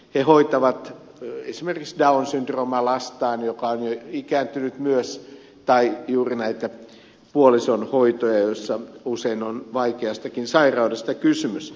he hoitavat esimerkiksi downin syndrooma lastaan joka on jo ikääntynyt myös tai juuri näitä puolison hoitoja joissa usein on vaikeastakin sairaudesta kysymys